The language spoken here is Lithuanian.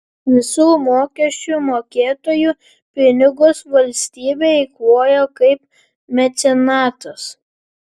visų mokesčių mokėtojų pinigus valstybė eikvojo kaip mecenatas